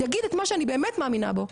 יגיד את מה שאני באמת מאמינה בו.